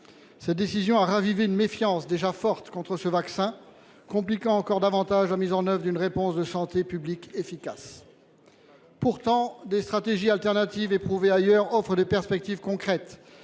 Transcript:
Cette décision a ravivé une méfiance déjà forte contre ce vaccin, compliquant encore davantage la mise en œuvre d'une réponse de santé publique efficace. Pourtant, des stratégies alternatives éprouvées ailleurs offrent des perspectives concrètes,